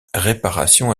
réparations